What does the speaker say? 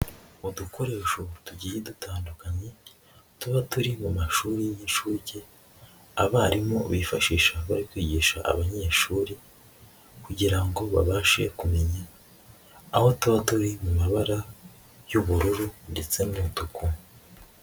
Udukoresho tugiye dutandukanye tuba turi mu mashuri y'inshuke abarimu bifashisha bari kwigisha abanyeshuri kugira ngo babashe kumenya aho tuba turi mu mabara y'ubururu ndetse n'umutuku.